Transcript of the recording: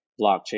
blockchain